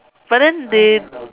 but then they